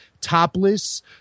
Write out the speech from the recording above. topless